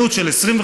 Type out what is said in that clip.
מיעוט של 25%,